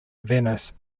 venice